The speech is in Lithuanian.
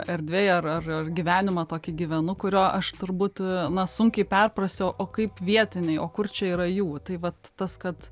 erdvėj ar ar gyvenimą tokį gyvenu kurio aš turbūt na sunkiai perprasiu o kaip vietiniai o kur čia yra jų tai vat tas kad